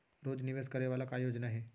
रोज निवेश करे वाला का योजना हे?